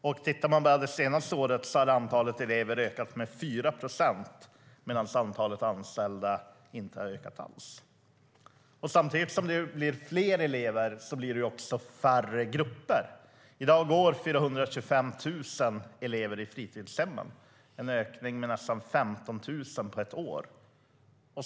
Om man tittar på det senaste året ser man att antalet elever har ökat med 4 procent medan antalet anställda inte har ökat alls. Samtidigt som det blir fler elever blir det färre grupper. I dag finns 425 000 elever i fritidshemmen - en ökning med nästan 15 000 på ett år.